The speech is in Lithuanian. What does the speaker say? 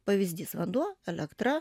pavyzdys vanduo elektra